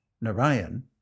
Narayan